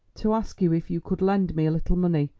to ask you if you could lend me a little money.